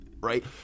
Right